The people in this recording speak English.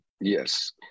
Yes